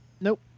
Nope